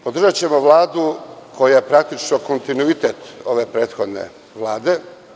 Podržaćemo Vladu koja je praktično kontinuitet prethodne Vlade.